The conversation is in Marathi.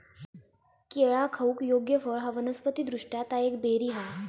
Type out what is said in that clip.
केळा खाऊक योग्य फळ हा वनस्पति दृष्ट्या ता एक बेरी हा